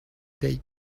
they